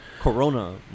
Corona